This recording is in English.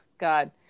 God